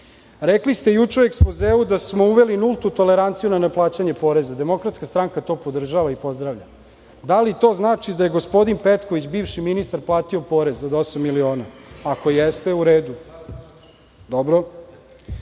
ste juče u ekspozeu da smo uveli nultu toleranciju na neplaćanje poreza. Demokratska stranka to podržava i pozdravlja. Da li to znači da je gospodin Petković, bivši ministar, platio porez od osam miliona? Ako jeste, u redu. Takođe